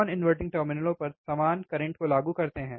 non inverting टर्मिनलों पर समान करंट को लागू करते हैं